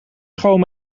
schoon